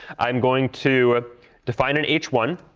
i'm going to define an h one.